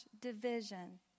division